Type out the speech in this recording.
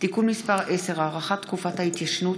(תיקון מס' 10) (הארכת תקופת ההתיישנות),